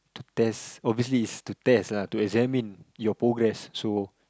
to test obviously is to test lah to examine your progress so